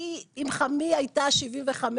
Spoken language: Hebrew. כי היא הייתה עם חמי 75 שנים,